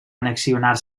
annexionar